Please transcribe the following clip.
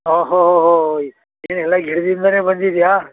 ಓಹ್ ಹೊ ಹೊ ಹೊ ಏನು ಎಲ್ಲ ಗಿಡದಿಂದನೇ ಬಂದಿದೆಯಾ